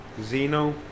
zeno